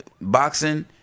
boxing